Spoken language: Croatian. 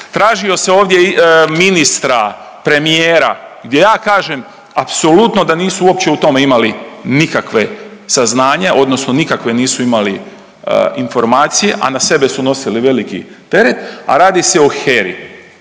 tražio ovdje ministra, premijera, gdje ja kažem apsolutno da nisu uopće u tome imali nikakve saznanje, odnosno nikakve nisu imali informacije, a na sebe su nosili veliki teret a radi se o HERA-i,